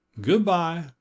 Good-bye